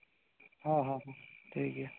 ᱦᱮᱸ ᱦᱮᱸ ᱴᱷᱤᱠ ᱜᱮᱭᱟ